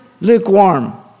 lukewarm